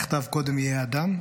נכתב קודם "יהא אדם",